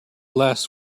last